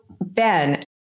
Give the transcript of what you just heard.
Ben